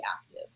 active